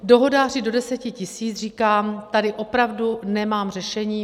Dohodáři do 10 tisíc, říkám, tady opravdu nemám řešení.